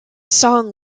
song